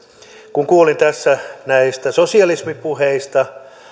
kun kuulin tässä näistä sosialismipuheista